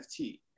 NFT